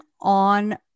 on